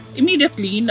immediately